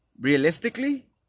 realistically